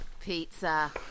Pizza